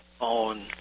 on